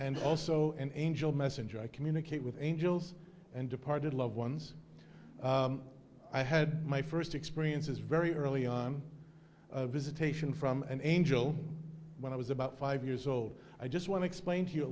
and also an angel messenger i communicate with angels and departed loved ones i had my first experiences very early on a visitation from an angel when i was about five years old i just want to explain to you a